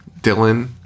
Dylan